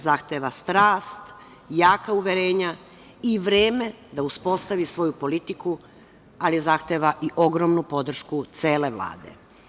Zahteva strast, jaka uverenja i vreme da uspostavi svoju politiku, ali zahteva i ogromnu podršku cele Vlade.